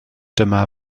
dyma